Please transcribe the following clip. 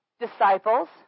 disciples